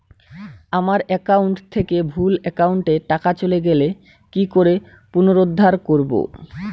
আমার একাউন্ট থেকে ভুল একাউন্টে টাকা চলে গেছে কি করে পুনরুদ্ধার করবো?